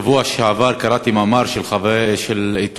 בשבוע שעבר קראתי מאמר של עיתונאי